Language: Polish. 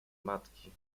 matki